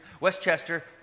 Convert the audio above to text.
Westchester